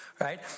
Right